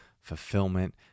fulfillment